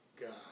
God